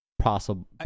possible